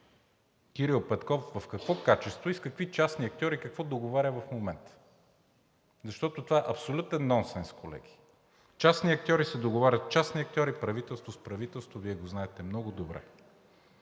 Кирил Петков в какво качество, с какви частни актьори, какво договаря в момента? Защото това е абсолютен нонсенс, колеги. Частни актьори се договарят с частни актьори, правителство – с правителство. Вие го знаете много добре.